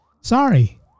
Sorry